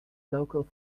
local